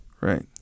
right